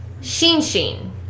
Shinshin